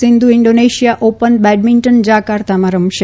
Sindhu Indonesia open બેડમિન્ટનમાં જાકાર્તામાં રમશે